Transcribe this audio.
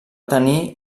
tenir